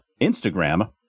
Instagram